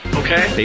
okay